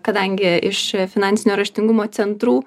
kadangi iš finansinio raštingumo centrų